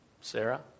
Sarah